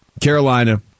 Carolina